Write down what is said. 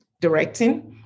directing